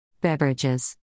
Beverages